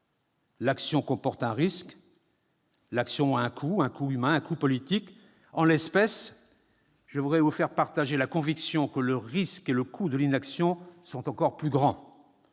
L'action comporte un risque. L'action a un coût, un coût humain, un coût politique. En l'espèce, je voudrais vous faire partager la conviction que le risque et le coût de l'inaction sont encore plus grands